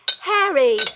Harry